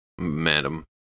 madam